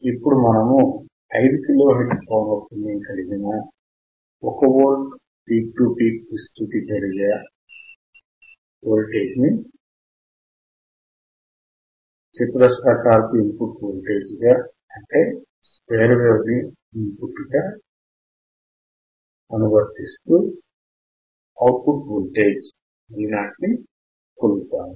ఇప్పుడు మనము 5 kilo hertz పౌనఃపున్యం కలిగిన 1 వోల్ట్ పీక్ టూ పీక్ విస్తృతి గల వోల్టేజ్ ని చతురస్రాకారపు ఇన్ పుట్ వోల్టేజ్ గా అనువర్తిస్తూ అవుట్ పుట్ వోల్టేజ్ V0 ని కొలుద్దాము